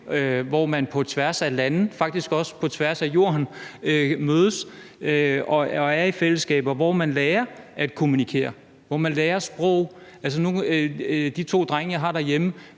hvor man på tværs af lande og faktisk også på tværs af Jorden mødes og er i fællesskaber, hvor man lærer at kommunikere; hvor man lærer sprog. De to drenge, jeg har derhjemme,